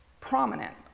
prominent